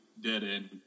dead-end